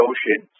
Ocean